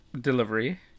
delivery